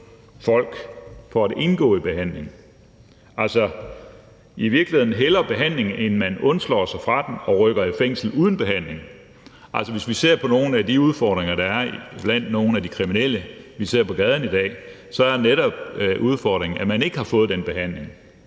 folk for at indgå i behandling, altså i virkeligheden hellere behandling end at man undslår sig den og rykker i fængsel uden behandling? Hvis vi ser på nogle af de udfordringer, der er blandt nogle af de kriminelle, som vi ser på gaden i dag, så er det netop, at de ikke har fået den behandling,